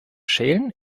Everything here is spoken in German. schälen